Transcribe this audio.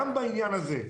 גם בעניין הזה,